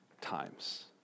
times